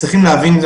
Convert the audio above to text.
צריכים להבין,